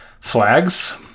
flags